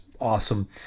awesome